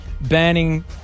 banning